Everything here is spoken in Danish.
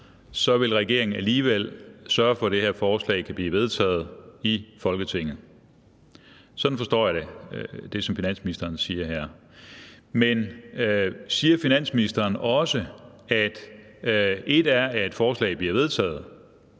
så vil regeringen alligevel sørge for, at det her forslag kan blive vedtaget i Folketinget. Sådan forstår jeg det, som finansministeren siger her. Men siger finansministeren også, at et er, at forslaget bliver vedtaget,